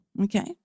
okay